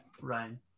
Ryan